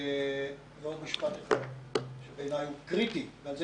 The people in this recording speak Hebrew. עוד משפט אחד שבעיני הוא קריטי ושעליו